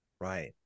Right